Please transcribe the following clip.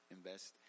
Invest